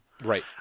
Right